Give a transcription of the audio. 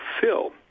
fill